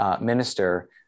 minister